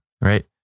Right